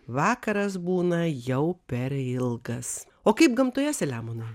vakaras būna jau per ilgas o kaip gamtoje seliamonai